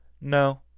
No